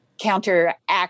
counteract